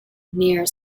near